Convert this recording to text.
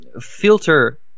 filter